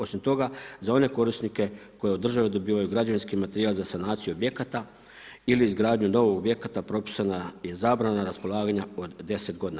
Osim toga, za one korisnike koji od države dobivaju građevinski materijal za sanaciju objekata ili izgradnju novog objekta propisana je zabrana raspolaganja od 10 godina.